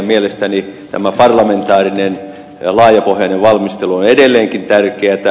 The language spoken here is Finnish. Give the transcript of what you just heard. mielestäni tämä parlamentaarinen laajapohjainen valmistelu on edelleenkin tärkeätä